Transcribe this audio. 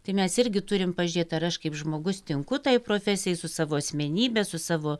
tai mes irgi turim pažiūrėt ar aš kaip žmogus tinku tai profesijai su savo asmenybe su savo